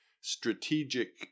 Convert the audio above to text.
strategic